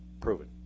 proven